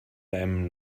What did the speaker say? deinem